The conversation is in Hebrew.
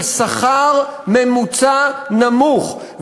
של שכר ממוצע נמוך,